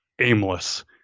aimless